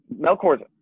Melkor's